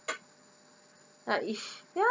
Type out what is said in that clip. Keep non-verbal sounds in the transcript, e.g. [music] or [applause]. [noise] like if ya